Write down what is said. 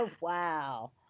Wow